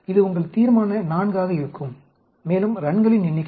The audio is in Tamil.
இது உங்கள் தீர்மான IV ஆக இருக்கும் மேலும் ரன்களின் எண்ணிக்கை